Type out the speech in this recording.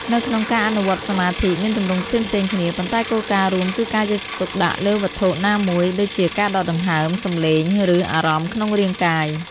នៅក្នុងការអនុវត្តន៍សមាធិ មានទម្រង់ផ្សេងៗគ្នា ប៉ុន្តែគោលការណ៍រួមគឺការយកចិត្តទុកដាក់លើវត្ថុណាមួយ ដូចជាការដកដង្ហើម សំឡេង ឬអារម្មណ៍ក្នុងរាងកាយ។